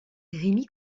remy